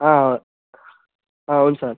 అవ్ అవును సార్